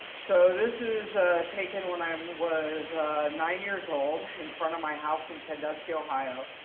so this is taken when i um was nine years old in front of my house in sandusky, ohio.